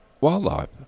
Wildlife